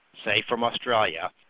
say from australia,